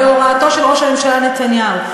בהוראתו של ראש הממשלה נתניהו.